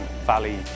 Valley